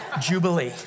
Jubilee